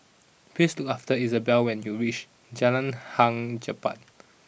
please look after Izabella when you reach Jalan Hang Jebat